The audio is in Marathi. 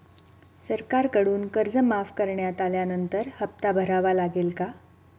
सरकारकडून कर्ज माफ करण्यात आल्यानंतर हप्ता भरावा लागेल का?